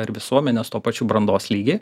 ir visuomenės tuo pačiu brandos lygį